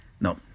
No